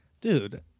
Dude